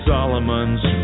Solomon's